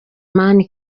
man